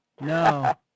No